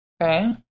Okay